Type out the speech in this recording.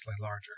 larger